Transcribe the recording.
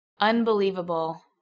Unbelievable